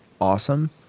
awesome